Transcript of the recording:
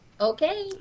Okay